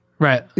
Right